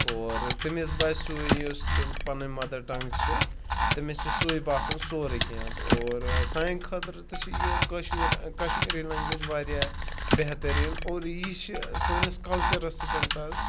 اور تٔمِس باسہِ سُیٕے یُس تِم پَنٕنۍ مَدَر ٹَنٛگ چھِ تٔمِس چھِ سُیٕے باسان سورٕے کینٛہہ حظ اور سانہِ خٲطرٕ تہِ چھِ یہِ کٔشِر کَشمیٖری لَنٛگویج واریاہ بہتریٖن اور یہِ چھِ سٲنِس کَلچرَس سۭتۍ تہِ حظ